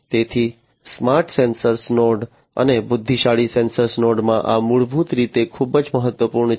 તેથી smart sensor node અને બુદ્ધિશાળી સેન્સર નોડમાં આ મૂળભૂત રીતે ખૂબ જ મહત્વપૂર્ણ છે